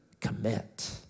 commit